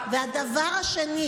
לשמוע.